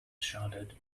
shuddered